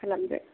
खालामदो